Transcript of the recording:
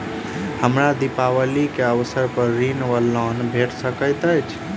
हमरा दिपावली केँ अवसर पर ऋण वा लोन भेट सकैत अछि?